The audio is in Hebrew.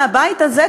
מהבית הזה,